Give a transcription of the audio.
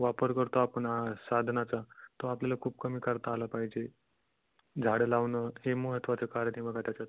वापर करतो आपण हा साधनाचा तो आपल्याला खूप कमी करता आला पाहिजे झाडं लावणं हे महत्वाचं कारण आहे बघा त्याच्यात